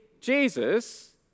Jesus